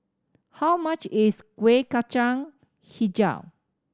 how much is Kueh Kacang Hijau